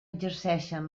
exerceixen